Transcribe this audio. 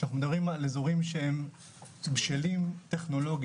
שאנחנו מדברים על אזורים שהם בשלים טכנולוגית,